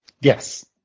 Yes